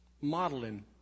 modeling